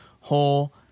whole